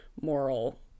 moral